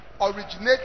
originating